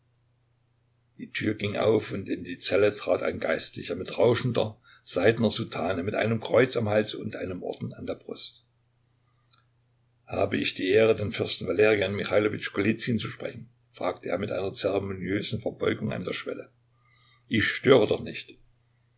die tür ging auf und in die zelle trat ein geistlicher in rauschender seidener soutane mit einem kreuz am halse und einem orden an der brust habe ich die ehre den fürsten valerian michailowitsch golizyn zu sprechen fragte er mit einer zeremoniösen verbeugung an der schwelle ich störe doch nicht